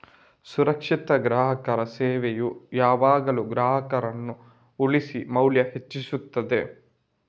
ಸುರಕ್ಷಿತ ಗ್ರಾಹಕರ ಸೇವೆಯು ಯಾವಾಗ್ಲೂ ಗ್ರಾಹಕರನ್ನ ಉಳಿಸಿ ಮೌಲ್ಯ ಹೆಚ್ಚಿಸ್ತದೆ